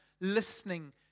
listening